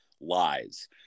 lies